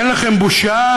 אין לכם בושה,